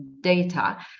data